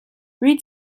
read